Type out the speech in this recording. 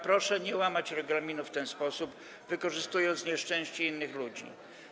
Proszę nie łamać regulaminu w ten sposób i nie wykorzystywać nieszczęścia innych ludzi.